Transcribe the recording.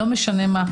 לא משנה מה,